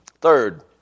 Third